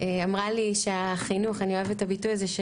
אמרה לי ואני אוהבת את הביטוי הזה,